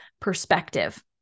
perspective